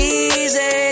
easy